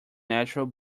natural